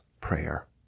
prayer